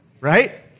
Right